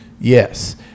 Yes